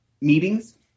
meetings